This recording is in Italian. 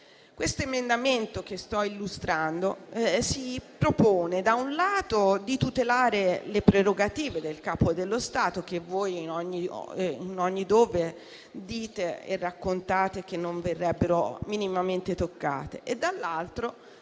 Questo emendamento che sto illustrando si propone - da un lato - di tutelare le prerogative del Capo dello Stato, che voi in ogni dove dite e raccontate che non verrebbero minimamente toccate e - dall'altro